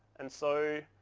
and so,